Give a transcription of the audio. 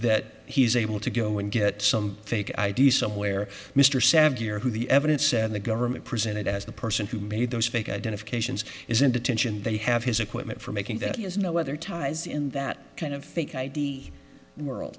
that he is able to go and get some fake i d s somewhere mr savvier who the evidence said the government presented as the person who made those fake identifications is in detention they have his equipment for making that he has no other ties in that kind of fake id world